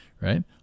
right